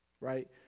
right